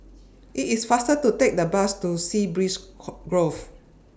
IT IS faster to Take The Bus to Sea Breeze Grove